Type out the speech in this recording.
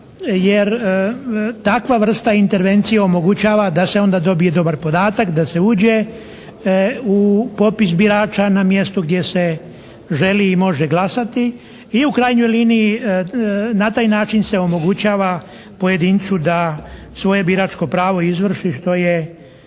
Jer takva vrsta intervencije omogućava da se onda dobije dobar podatak. Da se uđe u popis birača na mjestu gdje se želi i može glasati. I u krajnjoj liniji na taj način se omogućava pojedincu da svoje biračko pravo izvrši što je